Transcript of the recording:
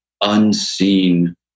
unseen